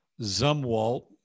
Zumwalt